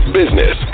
business